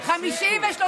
תפסיקי.